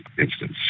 instance